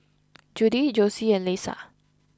Judy Jossie and Lesa